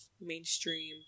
mainstream